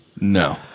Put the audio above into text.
No